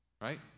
Right